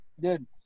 Dude